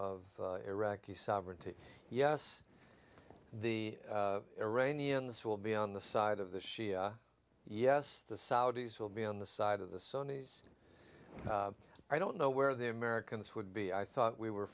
of iraqi sovereignty yes the iranians will be on the side of the shia yes the saudis will be on the side of the sony's i don't know where the americans would be i thought we were